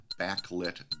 backlit